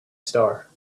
star